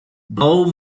bowe